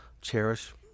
cherish